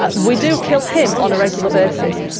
ah we do kill him on a regular basis.